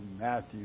Matthew